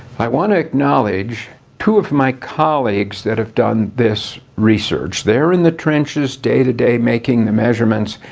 i want to acknowledge two of my colleagues that have done this research. they're in the trenches day-to-day making the measurements,